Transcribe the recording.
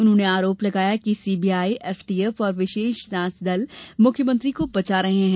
उन्होंने आरोप लगाया कि सीबीआई एसटीएफ और विशेष जांच दल मुख्यमंत्री को बचा रहे है